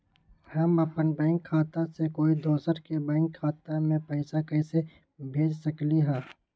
हम अपन बैंक खाता से कोई दोसर के बैंक खाता में पैसा कैसे भेज सकली ह?